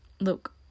look